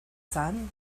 sun